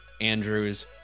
Andrews